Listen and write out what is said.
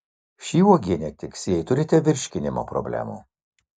ši uogienė tiks jei turite virškinimo problemų